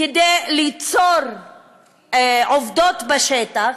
כדי ליצור עובדות בשטח,